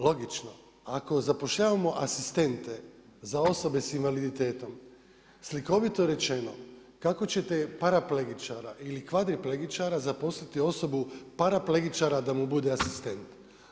Logično, ako zapošljavamo asistente za osobe sa invaliditetom, slikovito rečeno kako ćete paraplegičara ili kvadriplegičara zaposliti osobu paraplegičara da mu bude asistent.